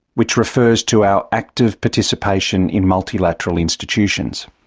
which refers to our active participation in multilateral institutions.